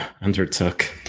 undertook